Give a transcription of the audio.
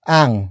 ang